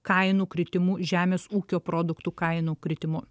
kainų kritimu žemės ūkio produktų kainų kritimu